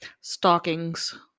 stockings